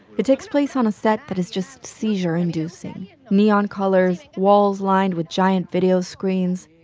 it takes place on a set that is just seizure-inducing neon colors, walls lined with giant video screens.